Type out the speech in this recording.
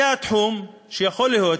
זה תחום שיכול להיות,